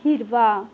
हिरवा